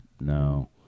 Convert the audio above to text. No